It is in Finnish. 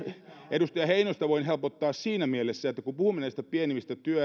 edustaja heinosta voin helpottaa siinä mielessä että kun puhumme näistä pienimmistä